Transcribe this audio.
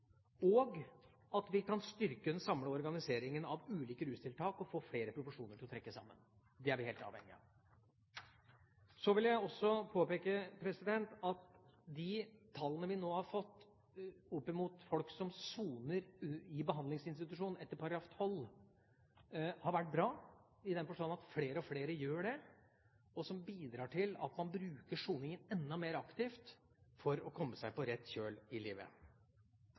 og at vi kan styrke den samlede organiseringen av ulike rustiltak og få flere profesjoner til å trekke sammen. Det er vi helt avhengig av. Så vil jeg også påpeke at de tallene vi nå har fått når det gjelder folk som soner i behandlingsinstitusjon etter straffegjennomføringsloven § 12, har vært bra i den forstand at flere og flere gjør det, noe som bidrar til at man bruker soningen enda mer aktivt for å komme seg på rett kjøl i livet.